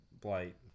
blight